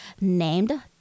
named